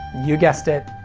you guessed it,